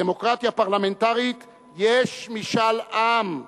בדמוקרטיה פרלמנטרית יש משאל עם,